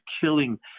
killing